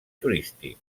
turístics